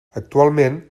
actualment